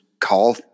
call